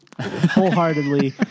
wholeheartedly